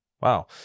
wow